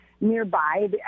nearby